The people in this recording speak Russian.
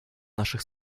наших